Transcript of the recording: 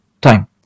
time